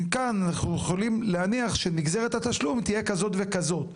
מכאן אנחנו יכולים להניח שנגזרת התשלום תהיה כזאת וכזאת.